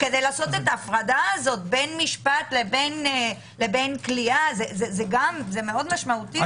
כדי לעשות את ההפרדה בין משפט לכליאה זה מאוד משמעותי.